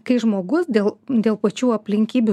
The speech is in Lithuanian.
kai žmogus dėl dėl pačių aplinkybių